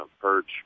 perch